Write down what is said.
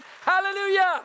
Hallelujah